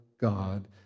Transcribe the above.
God